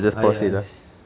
ah ya yes